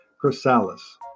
chrysalis